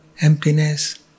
emptiness